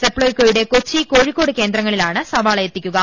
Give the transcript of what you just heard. സപ്ലൈകോയുടെ കൊച്ചി കോഴിക്കോട് കേന്ദ്രങ്ങളിലാണ് സവാള എത്തിക്കുക